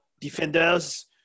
defenders